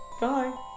Bye